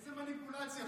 איזה מניפולציות?